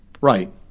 Right